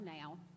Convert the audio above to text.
now